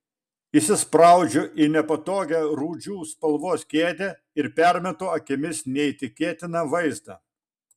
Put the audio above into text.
įsispraudžiu į nepatogią rūdžių spalvos kėdę ir permetu akimis neįtikėtiną vaizdą